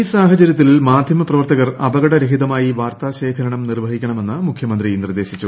ഈ സാഹചര്യത്തിൽ മാധ്യമപ്രവർത്തകർ അപകടരഹിതമായി വാർത്താശേഖരണം നിർവ്വഹിക്കണമെന്ന് മുഖ്യമന്ത്രി നിർദ്ദേശിച്ചു